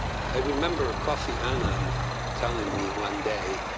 i remember kofi annan telling me one day,